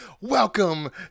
welcome